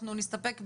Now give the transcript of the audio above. אנחנו נסתפק לה.